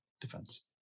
Defense